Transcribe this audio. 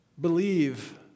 Believe